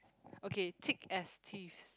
okay thick as thieves